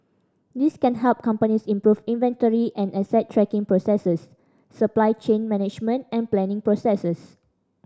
these can help companies improve inventory and asset tracking processes supply chain management and planning processes